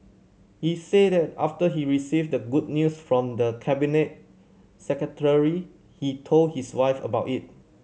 he said that after he received the good news from the Cabinet Secretary he told his wife about it